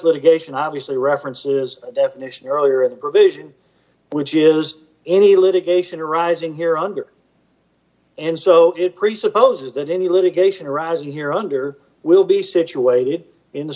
litigation obviously references a definition earlier in the provision which is any litigation arising here under and so it presupposes that any litigation arising here under will be situated in the